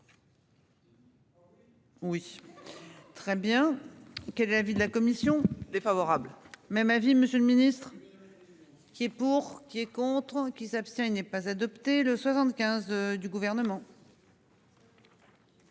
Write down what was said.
Oui. Très bien, que de l'avis de la commission défavorable. Même avis, Monsieur le Ministre. Qui est pour qui est contre qui s'abstient. Il n'est pas adopté le 75 du gouvernement.